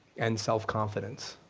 and self-confidence